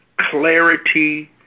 clarity